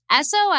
SOS